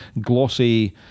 glossy